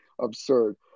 absurd